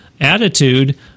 attitude